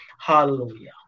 Hallelujah